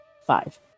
five